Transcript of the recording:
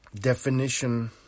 definition